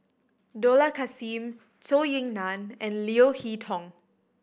Dollah Kassim Zhou Ying Nan and Leo Hee Tong